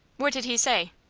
what did he say?